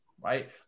Right